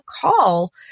call